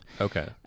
Okay